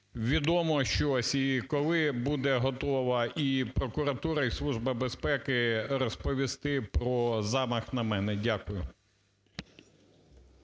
відомо щось, і коли буде готова і прокуратура, і Служба безпеки розповісти про замах на мене? Дякую.